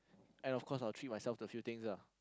and of course I would treat myself to a few things ah